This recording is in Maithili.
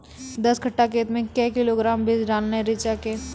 दस कट्ठा खेत मे क्या किलोग्राम बीज डालने रिचा के?